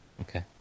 Okay